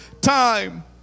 time